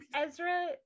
Ezra